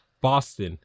Boston